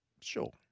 sure